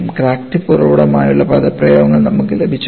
crack tip ഉറവിടം ആയുള്ള പദപ്രയോഗങ്ങൾ നമുക്ക് ലഭിച്ചു